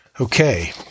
Okay